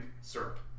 syrup